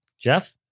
Jeff